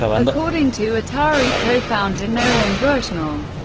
according to atari co-founder nolan bushnell,